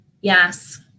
Yes